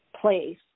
place